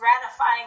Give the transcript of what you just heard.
gratifying